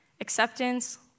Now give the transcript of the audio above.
Acceptance